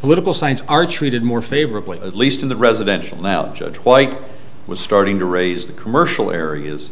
political science are treated more favorably at least in the residential out judge white was starting to raise the commercial areas